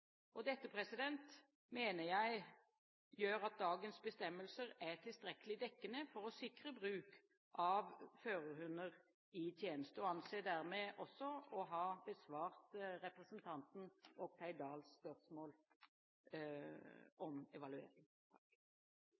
Dette mener jeg gjør at dagens bestemmelser er tilstrekkelig dekkende for å sikre bruk av førerhunder i tjeneste, og anser dermed også å ha besvart representanten Oktay Dahls spørsmål om evaluering.